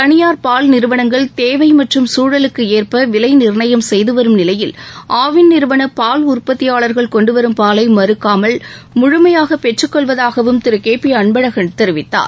தனியார் பால் நிறுவனங்கள் தேவை மற்றும் சூழலுக்கு ஏற்ப விலை நிர்ணயம் செய்து வரும் நிலையில் ஆவின் நிறுவனம் பால் உற்பத்தியாளர்கள் கொண்டுவரும் பாலை மறுக்காமல் முழுமையாக பெற்றுக் கொள்வதாகவும் திரு கே பி அன்பழகன் தெரிவித்தார்